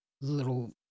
little